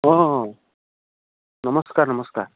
অঁ নমস্কাৰ নমস্কাৰ